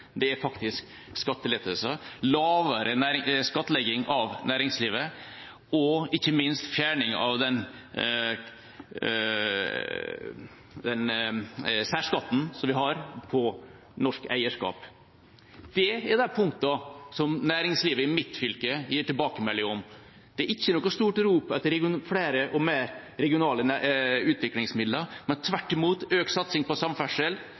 og ikke minst fjerning av særskatten som vi har på norsk eierskap. Det er de punktene næringslivet i mitt fylke gir tilbakemelding om. Det er ikke noe stort rop etter flere og mer regionale utviklingsmidler, men tvert imot etter økt satsing på samferdsel,